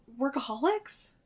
Workaholics